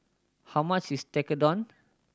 how much is Tekkadon